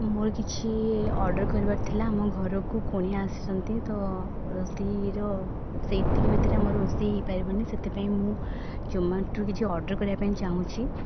ମୋର କିଛି ଅର୍ଡ଼ର କରିବାର ଥିଲା ଆମ ଘରକୁ କୁଣିଆ ଆସିଛନ୍ତି ତ ରୋଷେଇର ସେତିକି ଭିତରେ ଆମର ରୋଷେଇ ହେଇପାରିବନି ସେଥିପାଇଁ ମୁଁ ଜୋମାଟୋରୁ କିଛି ଅର୍ଡ଼ର କରିବାପାଇଁ ଚାହୁଁଛି